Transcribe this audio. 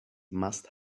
must